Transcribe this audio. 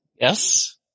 Yes